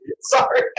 sorry